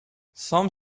some